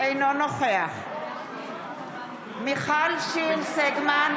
אינו נוכח מיכל שיר סגמן,